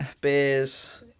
Beers